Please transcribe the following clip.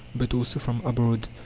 but also from abroad.